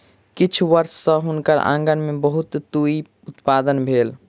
किछ वर्ष सॅ हुनकर आँगन में बहुत तूईत उत्पादन भेल